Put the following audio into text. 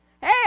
Hey